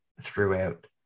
throughout